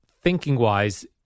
thinking-wise